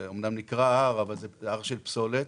זה אמנם נקרא הר, אבל זה הר של פסולת